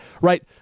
right